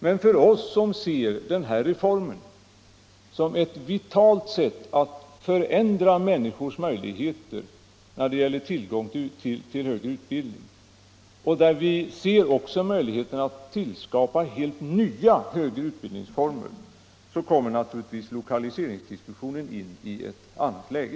Men för oss, som ser denna reform såsom ett vitalt sätt att förändra människors möjligheter när det gäller tillgång till högre utbildning och som vill skapa helt nya högre utbildningsformer, kommer naturligtvis lokaliseringsdiskussionen i ett annat läge.